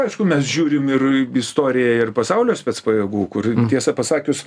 aišku mes žiūrim ir istoriją ir pasaulio specpajėgų kur tiesą pasakius